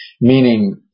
meaning